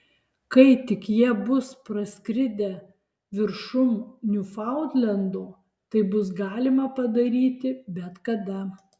kai tik jie bus praskridę viršum niufaundlendo tai bus galima padaryti bet kada